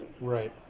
Right